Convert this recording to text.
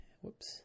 whoops